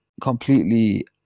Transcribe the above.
completely